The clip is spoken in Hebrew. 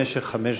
במשך חמש דקות.